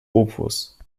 opus